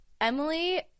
Emily